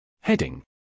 Heading